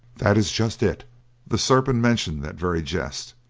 that is just it the serpent mentioned that very jest,